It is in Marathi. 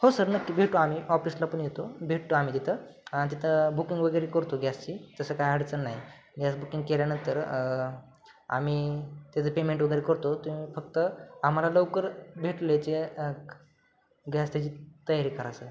हो सर नक्की भेटू आम्ही ऑफिसला पण येतो भेटतो आम्ही तिथं तिथं बुकिंग वगैरे करतो गॅसची तसं काय अडचण नाही गॅस बुकिंग केल्यानंतर आम्ही त्याचं पेमेंट वगैरे करतो तुम्ही फक्त आम्हाला लवकर भेटले जे गॅस त्याची तयारी करा सर